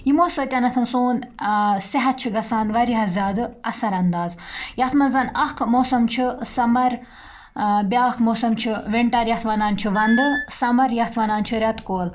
یِمو سۭتٮ۪نتھ سون صحت چھُ گژھان واریاہ زیادٕ اَثر انداز یَتھ منٛز اَکھ موسَم چھُ سَمَر بیاکھ موسَم چھُ وِنٹَر یَتھ وَنان چھُ وَندٕ سَمَر یَتھ وَنان چھِ رٮ۪تہٕ کول